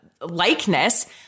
likeness